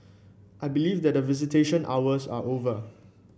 I believe that visitation hours are over